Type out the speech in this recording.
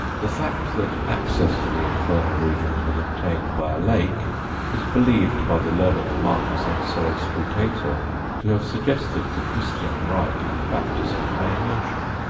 the fact that access to the infernal regions was obtained by a lake is believed by the learned marcus ansello scrutator to have suggested the christian rite of baptism by immersion.